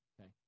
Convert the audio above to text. Okay